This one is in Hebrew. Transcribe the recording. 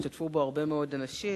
השתתפו בו הרבה מאוד אנשים.